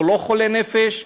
הוא לא חולה נפש,